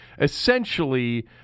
essentially –